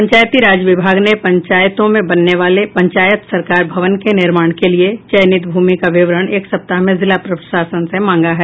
पंचायती राज विभाग ने पंचायतों में बनने वाले पंचायत सरकार भवन के निर्माण के लिए चयनित भूमि का विवरण एक सप्ताह में जिला प्रशासन से मांगा है